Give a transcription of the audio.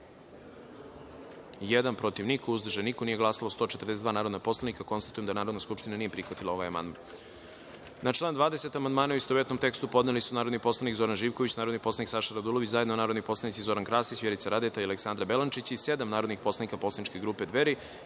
protiv – niko, uzdržanih – niko, nije glasalo 143 narodni poslanik. Konstatujem da Narodna skupština nije prihvatila ovaj amandman. Na član 14. amandmane, u istovetnom tekstu, podneli su narodni poslanik Zoran Živković, narodni poslanik Saša Radulović, zajedno narodni poslanici Zoran Krasić, Vjerica Radeta i Jovo Ostojić, sedam narodnih poslanika poslaničke grupe Dveri